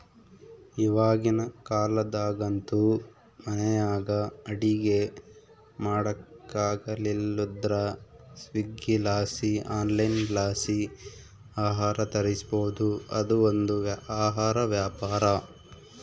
ಇವಾಗಿನ ಕಾಲದಾಗಂತೂ ಮನೆಯಾಗ ಅಡಿಗೆ ಮಾಡಕಾಗಲಿಲ್ಲುದ್ರ ಸ್ವೀಗ್ಗಿಲಾಸಿ ಆನ್ಲೈನ್ಲಾಸಿ ಆಹಾರ ತರಿಸ್ಬೋದು, ಅದು ಒಂದು ಆಹಾರ ವ್ಯಾಪಾರ